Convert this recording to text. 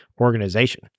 organization